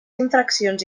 infraccions